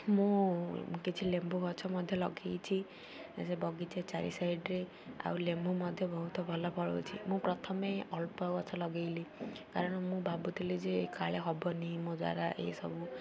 ମୁଁ କିଛି ଲେମ୍ବୁ ଗଛ ମଧ୍ୟ ଲଗେଇଛି ସେ ବଗିଚା ଚାରି ସାଇଡ଼୍ରେ ଆଉ ଲେମ୍ବୁ ମଧ୍ୟ ବହୁତ ଭଲ ଫଳୁଛି ମୁଁ ପ୍ରଥମେ ଅଳ୍ପ ଗଛ ଲଗେଇଲି କାରଣ ମୁଁ ଭାବୁଥିଲି ଯେ କାଳେ ହବନି ମୋ ଦ୍ୱାରା ଏସବୁ